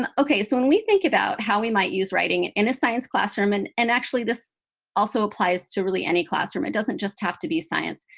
um ok, so when we think about how we might use writing and in a science classroom and and actually, this also applies to really any classroom. it doesn't just have to be science.